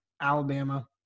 Alabama